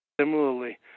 Similarly